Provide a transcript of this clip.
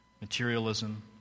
materialism